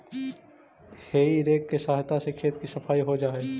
हेइ rake के सहायता से खेत के सफाई हो जा हई